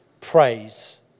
praise